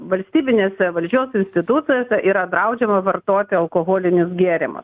valstybinėse valdžios institucijose yra draudžiama vartoti alkoholinius gėrimus